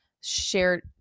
shared